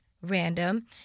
random